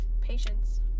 Patience